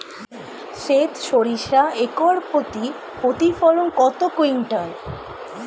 সেত সরিষা একর প্রতি প্রতিফলন কত কুইন্টাল?